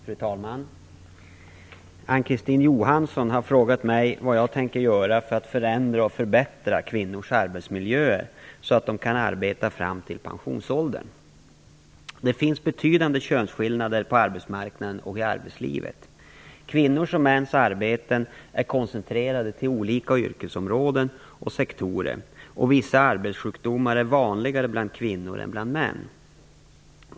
Fru talman! Ann-Kristine Johansson har frågat mig vad jag tänker göra för att förändra och förbättra kvinnors arbetsmiljöer så att de kan arbeta fram till pensionsåldern. Det finns betydande könsskillnader på arbetsmarknaden och i arbetslivet. Kvinnors och mäns arbeten är koncentrerade till olika yrkesområden och sektorer, och vissa arbetssjukdomar är vanligare bland kvinnor än bland män.